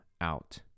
out